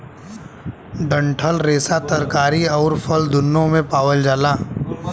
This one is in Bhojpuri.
डंठल रेसा तरकारी आउर फल दून्नो में पावल जाला